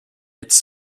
its